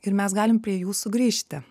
ir mes galim prie jų sugrįžti